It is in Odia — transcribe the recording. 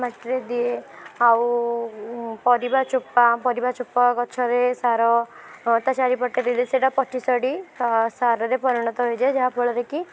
ମାଟିରେ ଦିଏ ଆଉ ପରିବା ଚୋପା ପରିବା ଚୋପା ଗଛରେ ସାର ହଁ ତା ଚାରିପଟେ ଦେଲେ ସେଇଟା ପଚି ସଢ଼ି ସାରରେ ପରିଣତ ହୋଇଯାଏ ଯାହା ଫଳରେ କି